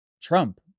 Trump